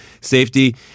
safety